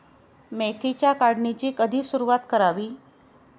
मेथीच्या काढणीची कधी सुरूवात करावी?